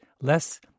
less